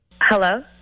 Hello